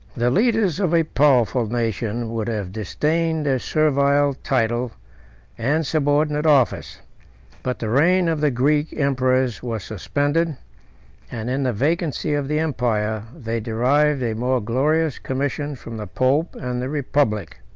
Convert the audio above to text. the leaders of a powerful nation would have disdained a servile title and subordinate office but the reign of the greek emperors was suspended and, in the vacancy of the empire, they derived a more glorious commission from the pope and the republic.